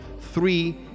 three